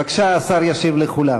בבקשה, השר ישיב לכולם.